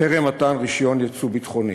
טרם מתן רישיון ייצוא ביטחוני.